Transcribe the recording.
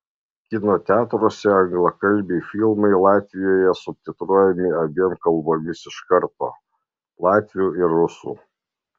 kino teatruose anglakalbiai filmai latvijoje subtitruojami abiem kalbomis iš karto latvių ir rusų